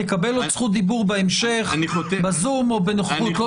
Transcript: תקבל עוד זכות דיבור בהמשך, בזום או בנוכחות.